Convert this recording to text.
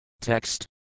Text